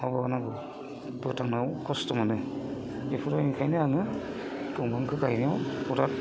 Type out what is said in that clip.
आबहावा नांगौ फोथांनायाव खस्थ' मोनो बेफोरबो ओंखायनो आङो दंफांखौ गायनायाव फराद